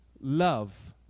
love